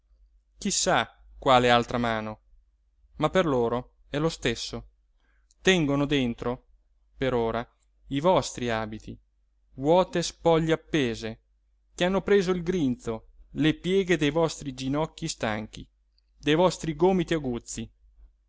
sa quale altra mano ma per loro è lo stesso tengono dentro per ora i vostri abiti vuote spoglie appese che hanno preso il grinzo le pieghe dei vostri ginocchi stanchi dei vostri gomiti aguzzi